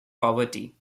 poverty